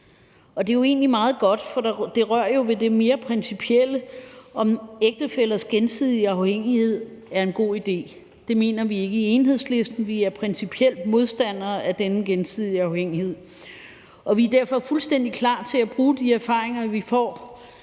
år. Det er jo egentlig meget godt, for det rører ved det mere principielle, altså om ægtefællers gensidige afhængighed er en god idé. Det mener vi ikke i Enhedslisten; vi er principielt modstandere af denne gensidige afhængighed. Vi er derfor fuldstændig klar til at bruge de erfaringer, vi får